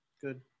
good